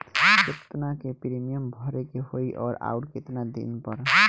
केतना के प्रीमियम भरे के होई और आऊर केतना दिन पर?